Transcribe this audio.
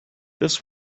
this